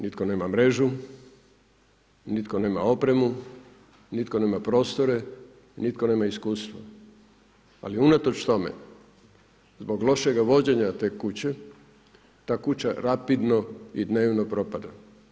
Nitko nema mrežu, nitko nema opremu, nitko nema prostore, nitko nema iskustva ali unatoč tome zbog lošega vođenja te kuće, ta kuća rapidno i dnevno propada.